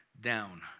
down